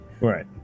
Right